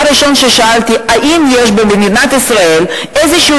הדבר הראשון ששאלתי: האם יש במדינת ישראל איזשהו